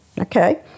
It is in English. Okay